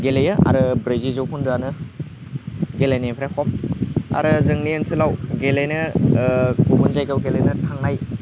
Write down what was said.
गेलेयो आरो ब्रैजि जौखोन्दोआनो गेलेनायफोरा खम आरो जोंनि ओनसोलाव गेलेनो गुबुन जायगायाव गेलेनो थांनाय